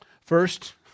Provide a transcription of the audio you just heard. First